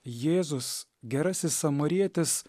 jėzus gerasis samarietis